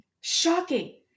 Shocking